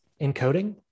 encoding